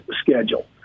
schedule